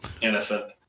innocent